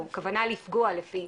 או כוונה לפגוע לפי